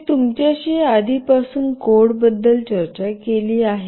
मी तुमच्याशी आधीपासून कोड बद्दल चर्चा केली आहे